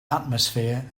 atmosphere